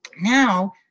Now